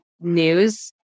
news